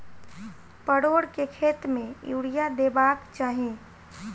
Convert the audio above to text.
परोर केँ खेत मे यूरिया देबाक चही?